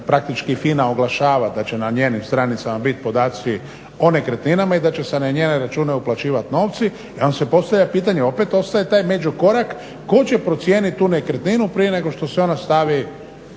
praktički FINA oglašava da će na njenim stranicama bit podaci o nekretninama i da će se na njene račune uplaćivat novci. I onda se postavlja pitanje, opet ostaje taj međukorak tko će procijenit tu nekretninu prije nego što se ona stavi